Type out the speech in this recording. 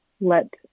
let